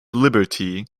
liberty